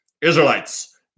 Israelites